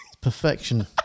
Perfection